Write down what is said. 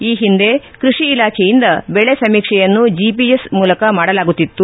ಈ ಹಿಂದೆ ಕೃಷಿ ಇಲಾಖೆಯಿಂದ ದೆಳೆ ಸಮೀಕ್ಷೆಯನ್ನು ಜಿಪಿಎಸ್ ಮೂಲಕ ಮಾಡಲಾಗುತಿತ್ತು